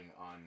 on